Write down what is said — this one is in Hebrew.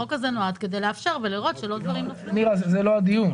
זה לא הדיון.